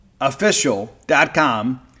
official.com